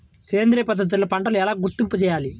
సేంద్రియ పద్ధతిలో పంటలు ఎలా గుర్తింపు చేయాలి?